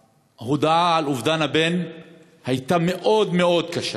שההודעה על אובדן הבן הייתה מאוד מאוד קשה,